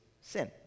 sin